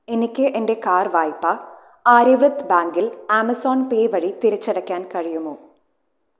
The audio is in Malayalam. എനിക്ക് എൻ്റെ കാർ വായ്പ ആര്യവ്രത് ബാങ്കിൽ ആമസോൺ പേ വഴി തിരിച്ചടയ്ക്കാൻ കഴിയുമോ